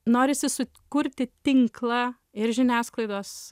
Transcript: norisi sukurti tinklą ir žiniasklaidos